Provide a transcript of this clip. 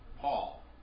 Paul